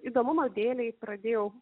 įdomumo dėlei pradėjau